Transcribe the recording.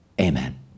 Amen